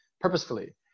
purposefully